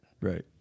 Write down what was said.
Right